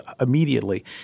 immediately